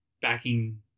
backing